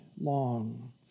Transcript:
long